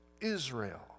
Israel